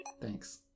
Thanks